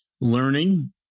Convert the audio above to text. learning